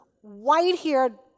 white-haired